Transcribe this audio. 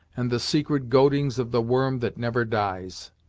and the secret goadings of the worm that never dies.